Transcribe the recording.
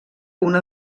una